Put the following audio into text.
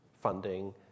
funding